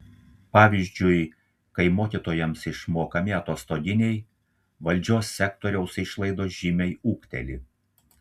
pavyzdžiui kai mokytojams išmokami atostoginiai valdžios sektoriaus išlaidos žymiai ūgteli